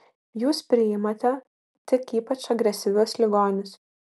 jūs priimate tik ypač agresyvius ligonius